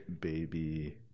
Baby